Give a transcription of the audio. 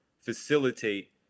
facilitate